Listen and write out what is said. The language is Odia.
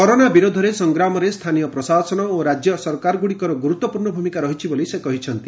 କରୋନା ବିରୋଧରେ ସଂଗ୍ରାମରେ ସ୍ଥାନୀୟ ପ୍ରଶାସନ ଓ ରାଜ୍ୟ ସରକାରଗୁଡ଼ିକର ଗୁରୁତ୍ୱପୂର୍ଣ୍ଣ ଭୂମିକା ରହିଛି ବୋଲି ସେ କହିଛନ୍ତି